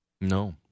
No